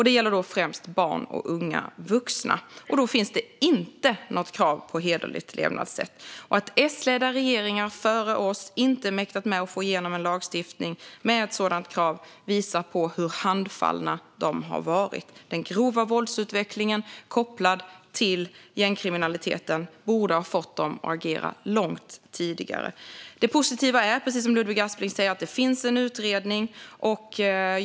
Det gäller främst barn och unga vuxna, och då finns det inte något krav på hederligt levnadssätt. Att S-ledda regeringar före oss inte mäktat med att få igenom en lagstiftning med ett sådant krav visar hur handfallna de har varit. Den grova våldsutvecklingen kopplad till gängkriminaliteten borde ha fått dem att agera långt tidigare. Det positiva är att det finns en utredning, precis som Ludvig Aspling säger.